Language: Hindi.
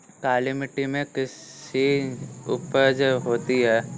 काली मिट्टी में कैसी उपज होती है?